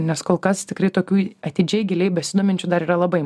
nes kol kas tikrai tokiui atidžiai giliai besidominčių dar yra labai